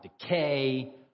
decay